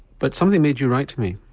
but something made you write to me.